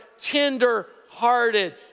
tender-hearted